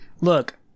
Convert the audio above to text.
look